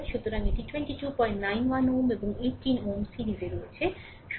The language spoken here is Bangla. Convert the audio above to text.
সুতরাং এটি 2291 Ω এবং 18 Ω সিরিজে রয়েছে